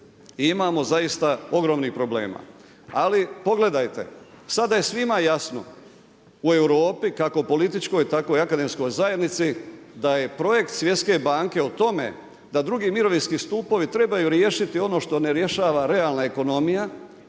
imamo zaista ogromnih problema. Ali, pogledajte, sada je svima jasno u Europi kako političkoj tako i u akademskoj zajednici, da je projekt Svjetske banke o tome, da 2. mirovinski stupovi trebaju riješiti ono što ne rješava realna ekonomija.